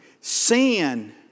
sin